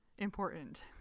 important